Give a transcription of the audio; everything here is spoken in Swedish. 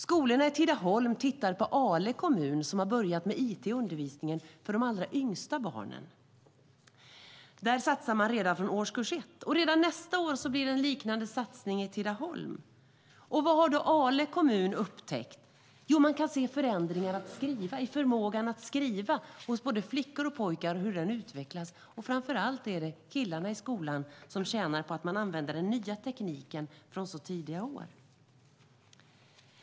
Skolorna i Tidaholm tittar på Ale kommun, som har börjat med it i undervisningen för de allra yngsta barnen. Där satsar man redan från årskurs 1. Redan nästa år blir det en liknande satsning i Tidaholm. Vad har då Ale kommun upptäckt? Jo, man kan se förändringar i förmågan att skriva hos både flickor och pojkar. Man kan se hur den utvecklas. Framför allt är det killarna i skolan som tjänar på att man använder den nya tekniken från så tidiga år.